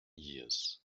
years